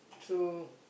so